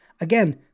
again